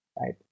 right